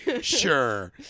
sure